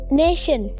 nation